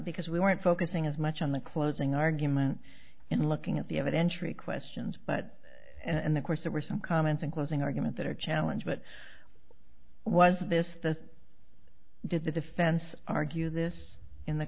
because we weren't focusing as much on the closing argument and looking at the evidentiary questions but in the course there were some comments in closing argument that are a challenge but was this the did the defense argue this in the